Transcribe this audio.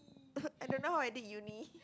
err I don't know how I did uni